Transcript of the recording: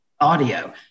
audio